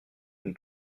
une